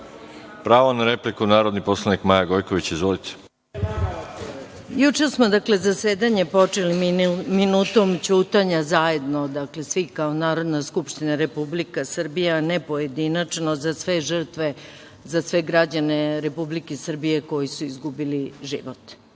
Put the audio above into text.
na repliku, narodni poslanik Maja Gojković. Izvolite. **Maja Gojković** Juče smo zasedanje počeli minutom ćutanja zajedno svi kao Narodna skupština, Republika Srbija, a ne pojedinačno, za sve žrtve, za sve građane Republike Srbije koji su izgubili život.